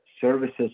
services